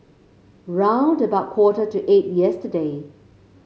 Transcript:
round about quarter to eight yesterday